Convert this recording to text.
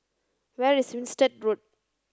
where is Winstedt Road